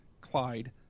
Clyde